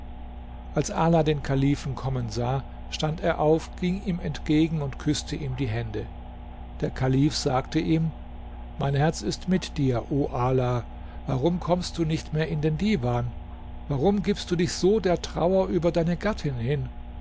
als ala den kalifen kommen sah stand er auf ging ihm entgegen und küßte ihm die hände der kalif sagte ihm mein herz ist mit dir o ala warum kommst du nicht mehr in den divan warum gibst du dich so der trauer über deine gattin hin